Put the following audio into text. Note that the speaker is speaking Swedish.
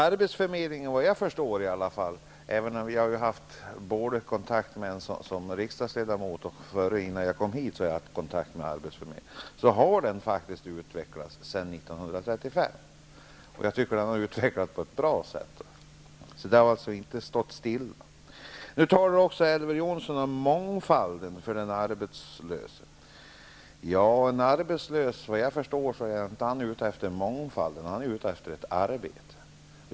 Arbetsförmedlingen, som jag har kommit i kontakt med både som riksdagsledamot och innan jag kom till riksdagen, har faktiskt utvecklats sedan 1935. Och jag tycker att den har utvecklats på ett bra sätt och alltså inte stått stilla. Nu talar även Elver Jonsson om mångfalden för den arbetslöse. Såvitt jag förstår är den som är arbetslös inte ute efter mångfald utan efter ett arbete.